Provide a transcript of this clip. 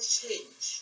change